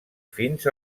fins